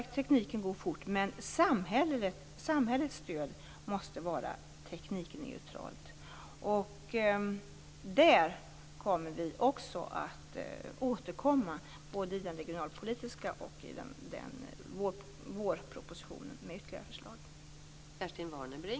Tekniken går som sagt fort framåt, men samhällets stöd måste vara teknikneutralt. Också på den punkten kommer vi att återkomma med ytterligare förslag, både i den regionalpolitiska propositionen och i vårpropositionen.